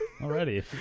Already